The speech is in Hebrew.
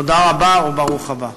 תודה רבה וברוך הבא.